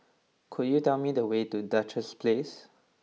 could you tell me the way to Duchess Place